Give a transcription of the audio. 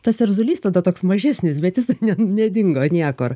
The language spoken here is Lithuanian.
tas erzulys tada toks mažesnis bet jis ne nedingo niekur